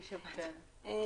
מישהו מיהדות התורה,